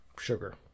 sugar